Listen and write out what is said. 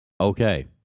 Okay